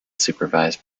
supervised